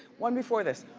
one before this.